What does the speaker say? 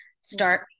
start